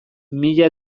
mila